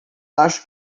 acho